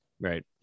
Right